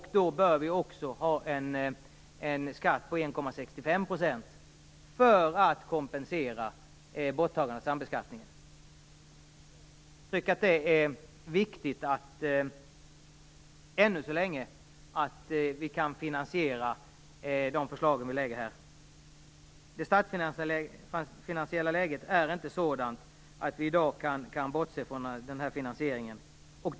Skatten bör då vara 1,65 % för att kompensera borttagandet av sambeskattningen. Jag tycker ännu så länge att det är viktigt att vi kan finansiera våra förslag. Det statsfinansiella läget i dag är inte sådant att vi kan bortse från finansieringen.